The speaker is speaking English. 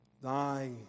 thy